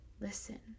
Listen